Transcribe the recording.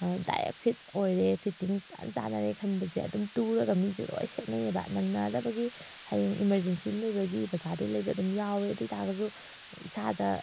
direct fit ꯑꯣꯏꯔꯦ fitting ꯐꯖ ꯆꯥꯟꯅꯔꯦ ꯈꯟꯖꯕꯁꯦ ꯑꯗꯨꯝ ꯇꯨꯔꯒ ꯃꯤꯁꯦ ꯂꯣꯏ ꯁꯦꯠꯅꯩꯌꯦꯕ ꯅꯪꯅꯗꯕꯒꯤ ꯍꯌꯦꯡ ꯏꯃꯔꯖꯦꯟꯁꯤ ꯑꯝ ꯂꯩꯕꯒꯤ ꯕꯖꯥꯔꯗꯩ ꯑꯗꯨꯝ ꯌꯥꯎꯋꯦ ꯑꯗꯨ ꯑꯣꯏ ꯇꯥꯔꯒꯁꯨ ꯏꯁꯥꯗ